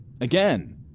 Again